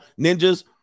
Ninjas